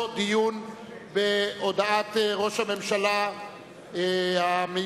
דיון בהודעת ראש הממשלה המיועד,